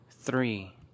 Three